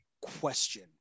Question